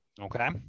Okay